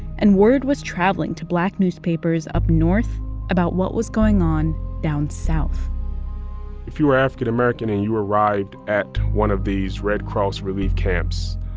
and word was travelling to black newspapers up north about what was going on down south if you were african american and you arrived at one of these red cross relief camps,